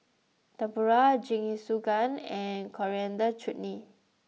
Tempura Jingisukan and Coriander Chutney